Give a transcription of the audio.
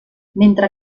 mentre